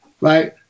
right